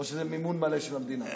או זה מימון מלא של המדינה?